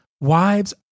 wives